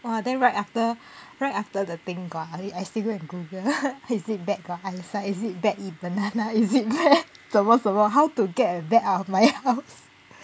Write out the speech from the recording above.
!wah! then right after right after the thing gone I still go and google is it bat got eyesight is it bat eat banana is it bat 什么什么 how to get a bat out of my house